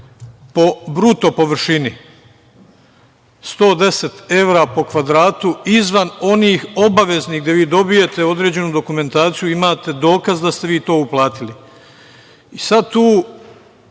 po bruto površini 110 evra po kvadratu izvan onih obaveznih, gde vi dobijete određenu dokumentaciju, imate dokaz da ste vi to uplatili. Sad, tu